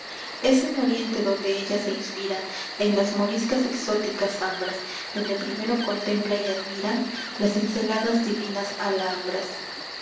es en oriente donde ella se inspira en las moriscas exóticas zambras donde primero contempla y admira las cinceladas divinas alhambras